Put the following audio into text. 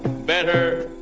better,